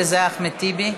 וזה חבר הכנסת אחמד טיבי.